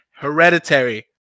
Hereditary